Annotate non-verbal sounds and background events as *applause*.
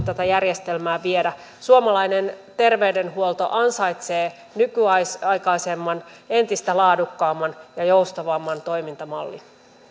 *unintelligible* tätä järjestelmää viedä suomalainen terveydenhuolto ansaitsee nykyaikaisemman entistä laadukkaamman ja joustavamman toimintamallin